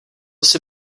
jsi